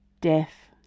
Death